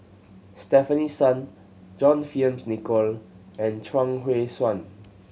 Stefanie Sun John Fearns Nicoll and Chuang Hui Tsuan